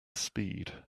speed